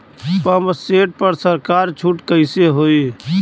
Pump set पर सरकार छूट कईसे होई?